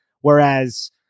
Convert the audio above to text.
Whereas